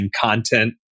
content